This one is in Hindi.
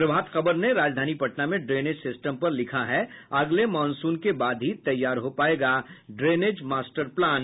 प्रभात खबर ने राजधानी पटना में ड्रेनेज सिस्टम पर लिखा है अगले मॉनसून के बाद ही तैयारा हो पायेगा ड्रेनेज मास्टर प्लान